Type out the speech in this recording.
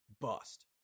bust